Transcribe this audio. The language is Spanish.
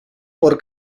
por